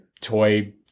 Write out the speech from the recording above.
toy